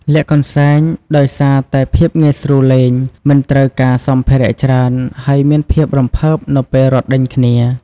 លាក់កន្សែង ដោយសារតែភាពងាយស្រួលលេង មិនត្រូវការសម្ភារៈច្រើន ហើយមានភាពរំភើបនៅពេលរត់ដេញគ្នា ។